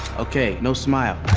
ok. no smile.